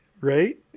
right